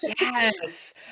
Yes